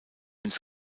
ins